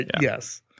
yes